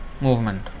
movement